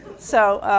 so,